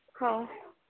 ହଉ